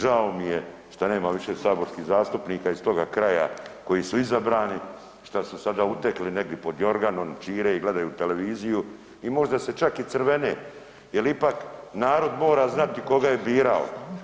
Žao mi je šta nema više saborskih zastupnika iz toga kraja koji su izabrani, šta su sada utekli negdi pod jorganom i ćire i gledaju televiziju i možda se čak i crvene jel ipak narod mora znati koga je birao.